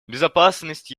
безопасность